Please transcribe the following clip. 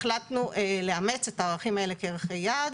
החלטנו לאמץ את הערכים האלה כערכי יעד